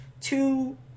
two